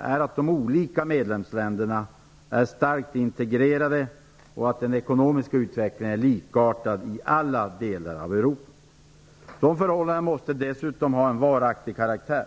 är att de olika medlemsländerna är starkt integrerade och att den ekonomiska utvecklingen är likartad i alla delar av Europa. Dessa förhållanden måste dessutom ha en varaktig karaktär.